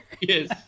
yes